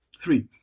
Three